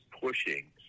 pushing